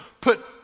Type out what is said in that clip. put